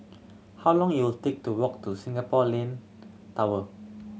how long it'll take to walk to Singapore Land Tower